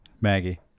maggie